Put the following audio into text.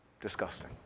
disgusting